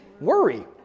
worry